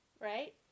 Right